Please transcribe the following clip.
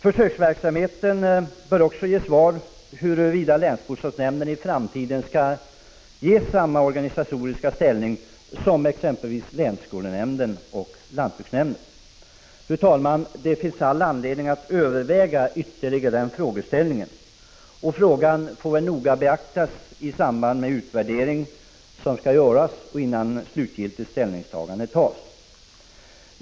Försöksverksamheten bör också ge svar på huruvida länsbostadsnämnden i framtiden skall ges samma organisatoriska ställning som exempelvis länsskolnämnden och lantbruksnämnden. Fru talman! Det finns all anledning att ytterligare överväga den frågeställningen. Frågan bör noga beaktas i samband med den utvärdering som skall göras innan slutlig ställning tas.